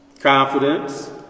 Confidence